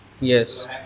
Yes